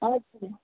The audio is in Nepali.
हजुर